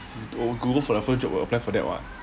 or go for their first job will apply for that what